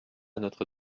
notre